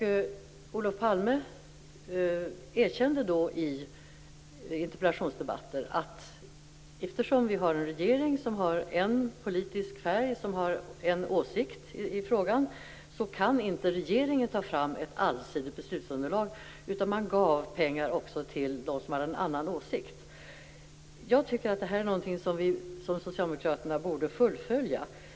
Olof Palme erkände då i interpellationsdebatter att eftersom vi hade en regering med en politisk färg och som hade en åsikt i frågan, kunde inte regeringen ta fram ett allsidigt beslutsunderlag, utan man gav pengar även till dem som hade en annan åsikt. Det är någonting som jag tycker att socialdemokraterna borde fullfölja.